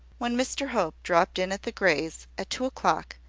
when mr hope dropped in at the greys', at two o'clock,